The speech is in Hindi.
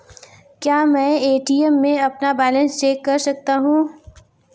क्या मैं ए.टी.एम में अपना बैलेंस चेक कर सकता हूँ?